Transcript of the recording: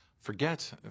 Forget